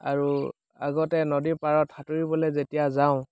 আৰু আগতে নদীৰ পাৰত সাঁতুৰিবলৈ যেতিয়া যাওঁ